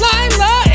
Lila